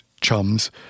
chums